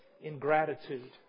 ingratitude